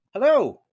Hello